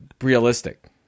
realistic